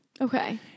Okay